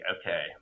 okay